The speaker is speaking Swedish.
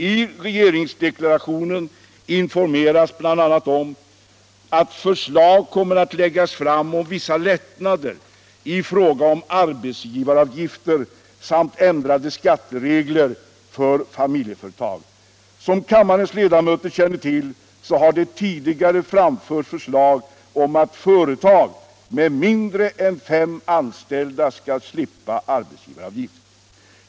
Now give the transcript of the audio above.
I regeringsdeklarationen informeras bl.a. om att förslag kommer att läggas fram om vissa lättnader i fråga om arbetsgivaravgifter samt ändrade skatteregler för familjeföretag. Som kammarens ledamöter känner till, så har det tidigare framförts förslag om att företag med mindre än fem anställda skall slippa arbetsgivaravgift.